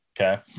okay